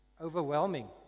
overwhelming